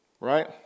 Right